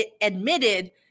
admitted